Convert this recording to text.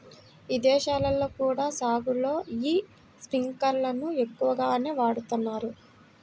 ఇదేశాల్లో కూడా సాగులో యీ స్పింకర్లను ఎక్కువగానే వాడతన్నారు